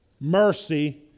mercy